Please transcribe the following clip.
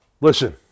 Listen